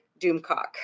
Doomcock